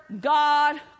God